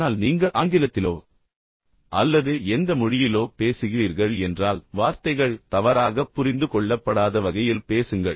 ஆனால் நீங்கள் ஆங்கிலத்திலோ அல்லது எந்த மொழியிலோ பேசுகிறீர்கள் என்றால் வார்த்தைகள் தவறாகப் புரிந்து கொள்ளப்படாத வகையில் பேசுங்கள்